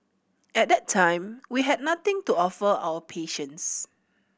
at that time we had nothing to offer our patients